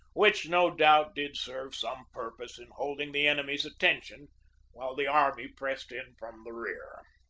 which, no doubt, did serve some purpose in holding the enemy's attention while the army pressed in from the rear.